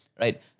right